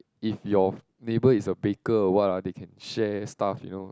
if your neighbour is a baker or what ah they can share stuff you know